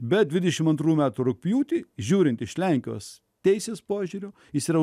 be dvidešimt antrų metų rugpjūtį žiūrint iš lenkijos teisės požiūriu jis yra